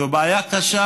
זו בעיה קשה,